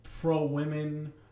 pro-women